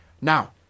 Now